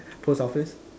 post office